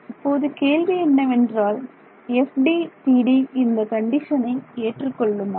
இப்போது கேள்வி என்னவென்றால் FDTD இந்த கண்டிஷனை ஏற்றுக்கொள்ளுமா